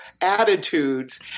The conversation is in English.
attitudes